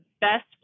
best